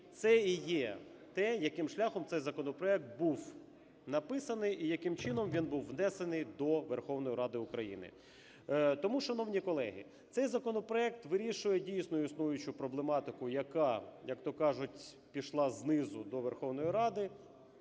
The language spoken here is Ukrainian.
це і є те, яким шляхом цей законопроект був написаний і яким чином він був внесений до Верховної Ради України. Тому, шановні колеги, цей законопроект вирішує, дійсно, існуючу проблематику, яка, як-то кажуть, пішла знизу до Верховної Ради